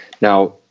Now